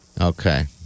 Okay